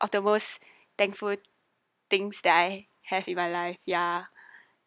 of the most thankful things that I have in my life ya